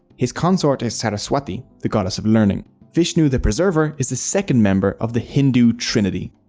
his consort is saraswati, the goddess of learning. vishnu, the preserver is the second member of the hindu trinity.